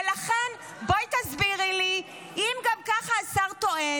ולכן בואי תסבירי לי: אם גם ככה השר טוען